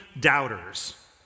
doubters